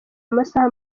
amasaha